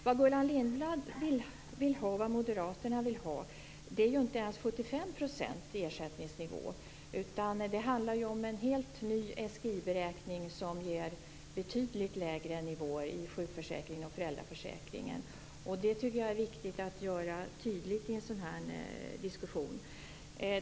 Vad Gullan Lindblad och moderaterna vill ha är inte ens 75 % i ersättningsnivå, utan det handlar om en helt ny SGI-beräkning, som ger betydligt lägre nivåer i sjukförsäkringen och föräldraförsäkringen. Det tycker jag är viktigt att tydliggöra i en sådan här diskussion.